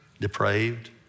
depraved